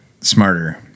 smarter